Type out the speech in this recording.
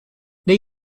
wnei